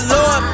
Lord